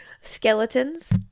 Skeletons